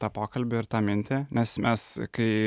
tą pokalbį ir tą mintį nes mes kai